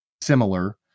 similar